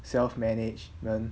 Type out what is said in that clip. self management